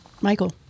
Michael